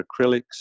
acrylics